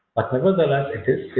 nevertheless it is